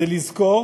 זה לזכור